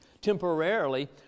temporarily